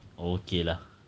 okay lah